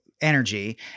energy